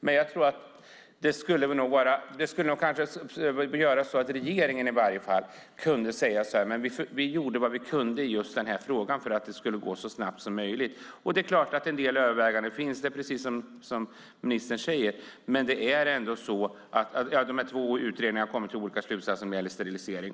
Men det skulle göra att regeringen kunde säga: Vi gjorde vad vi kunde i den här frågan för att det skulle gå så snabbt som möjligt. Det finns en del överväganden, precis som ministern säger. De två utredningarna har kommit till olika slutsatser när det gäller sterilisering.